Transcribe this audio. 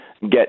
get